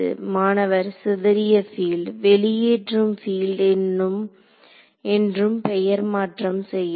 மாணவர் சிதறிய பீல்டு வெளியேற்றும் பீல்டு என்று பெயர் மாற்றம் செய்யலாம்